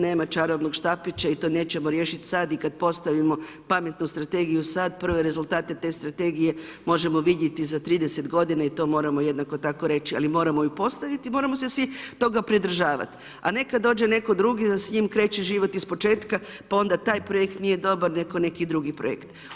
Nema čarobnog štapića i to nećemo riješit sad i kad postavimo pametnu strategiju sad, prve rezultate te strategije možemo vidjeti za 30 godina i to moramo jednako tako reći, ali moramo ju postaviti i moramo se svi toga pridržavati, a ne kad dođe netko drugi da s njim kreće život ispočetka pa onda taj projekt nije dobar, nego neki drugi projekt.